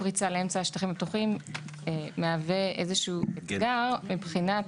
פריצה לאמצע השטחים הפתוחים מהווה איזשהו אתגר מבחינת